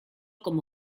como